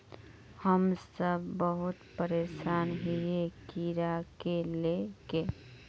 हम सब बहुत परेशान हिये कीड़ा के ले के?